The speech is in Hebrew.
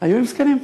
היו עם זקנים.